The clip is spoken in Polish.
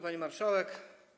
Pani Marszałek!